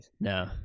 No